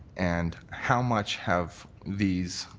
and how much have these